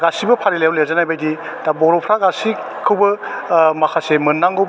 गासिबो फारिलाइआव लिरजानाय बायदि दा बर'फ्रा गासिखौबो माखासे मोन्नांगौ